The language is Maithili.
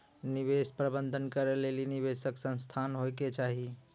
निवेश प्रबंधन करै लेली निवेशक संस्थान होय के चाहि